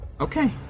Okay